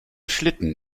schlitten